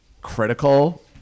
critical